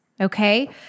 Okay